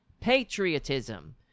patriotism